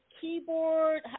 keyboard